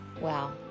Wow